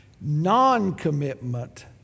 Non-commitment